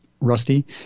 Rusty